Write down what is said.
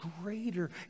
greater